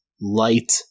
light